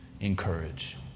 encourage